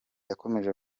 yakomeje